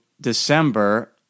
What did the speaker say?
December